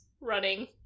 running